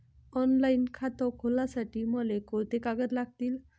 Online खातं खोलासाठी मले कोंते कागद लागतील?